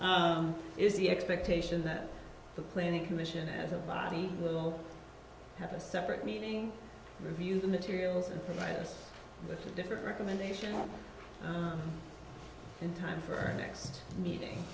think is the expectation that the planning commission has a body will have a separate meeting review the materials and provide us with a different recommendation in time for next meeting